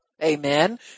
Amen